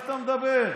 אתה תשתוק,